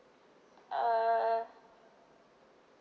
uh